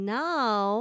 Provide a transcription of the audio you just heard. now